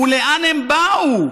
ולאן הם באו?